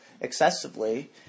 excessively